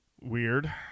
Weird